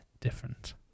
Different